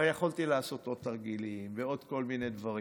הרי יכולתי לעשות עוד תרגילים ועוד כל מיני דברים,